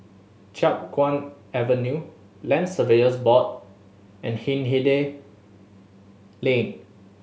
Chiap Guan Avenue Land Surveyors Board and Hindhede Lane